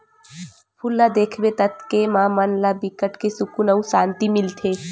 फूल ल देखबे ततके म मन ला बिकट के सुकुन अउ सांति मिलथे